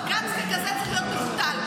בג"ץ ככזה צריך להיות מבוטל,